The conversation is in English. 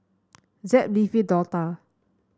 Zeb Leafy Dortha